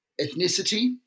ethnicity